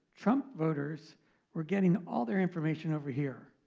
trump voters were getting all their information over here.